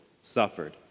suffered